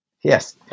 Yes